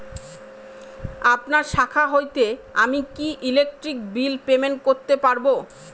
আপনার শাখা হইতে আমি কি ইলেকট্রিক বিল পেমেন্ট করতে পারব?